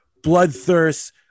bloodthirst